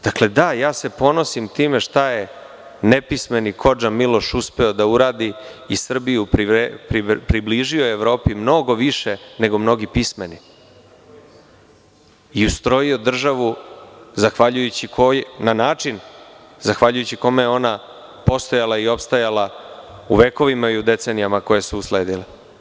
Dakle, ponosim se time šta je nepismeni kodža Miloš uspeo da uradi i Srbiju približio Evropi mnogo više, nego mnogi pismeni i ustrojio državu zahvaljujući na način, zahvaljujući kome je ona postojala i opstajala u vekovima i decenijama koje su usledile.